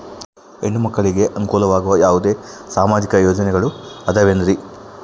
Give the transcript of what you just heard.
ಹೆಣ್ಣು ಮಕ್ಕಳಿಗೆ ಅನುಕೂಲವಾಗುವ ಯಾವುದೇ ಸಾಮಾಜಿಕ ಯೋಜನೆಗಳು ಅದವೇನ್ರಿ?